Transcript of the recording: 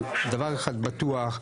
אבל דבר אחד בטוח,